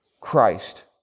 Christ